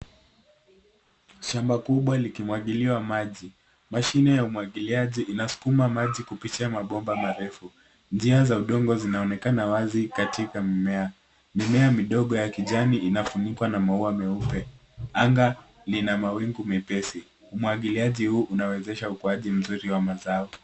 Shamba kubwa likimwagiliwa maji. Mashine ya umwagiliaji inasukuma maji kupitia mabomba marefu. Njia za udongo zinaonekana wazi katika mimea. Mimea midogo ya kijani inafunikwa na maua meupe. Anga lina mawingu mepesi. Umwagiliaji huu unawezesha ukuaji mzuri wa mazao.